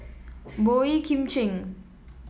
Boey Kim Cheng